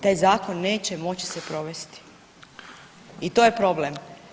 Taj zakon neće moći se provesti i to je problem.